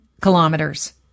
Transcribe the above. kilometers